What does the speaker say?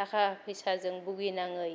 थाखा फैसाजों भुगिनाङै